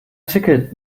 ticket